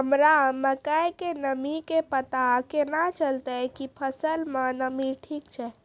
हमरा मकई के नमी के पता केना चलतै कि फसल मे नमी ठीक छै?